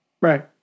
Right